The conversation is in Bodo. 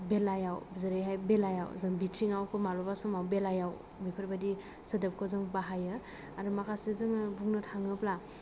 बेलायाव जेरैहाय बेलायाव जों बिथिङावखौ मालाबा समाव बेलायाव बेफोरबायदि सोदोबखौ जों बाहायो आरो माखासे जों बुंनो थाङोब्ला